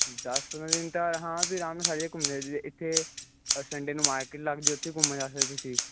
ਦਸ ਕੁ ਦਿਨ ਤਾਂ ਹਾਂ ਤੁਸੀਂ ਆਰਾਮ ਨਾਲ ਘੁੰਮ ਸਕਦੇ ਜੇ ਇੱਥੇ ਸੰਡੇ ਨੂੰ ਮਾਰਕਿਟ ਲੱਗਦੀ ਉੱਥੇ ਵੀ ਘੁੰਮਣ ਜਾ ਸਕਦੇ ਤੁਸੀਂ